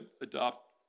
adopt